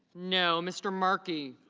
no. mr. markey